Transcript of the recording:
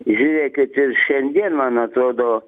žiūrėkit ir šiandien man atrodo